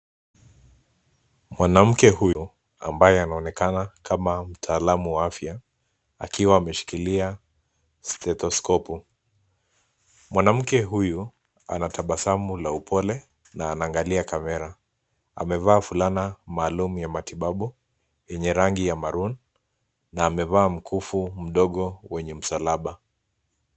Mwanamke huyu ambaye anaonekana kama mtalaam wa afya akiwa ameshikilia stethoscope .Mwanamke huyu ana tabasamu la upole na anaangalia kamera. Amevaa fulana maalum ya matibabu yenye rangi ya maroon na amevaa mkufu mdogo wenye msalaba.